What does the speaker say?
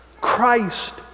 Christ